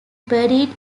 buried